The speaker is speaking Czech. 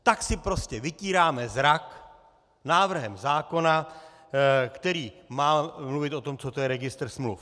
Tak si prostě vytíráme zrak návrhem zákona, který má mluvit o tom, co to je registr smluv.